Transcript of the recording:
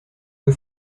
peu